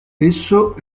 esso